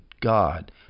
God